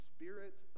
Spirit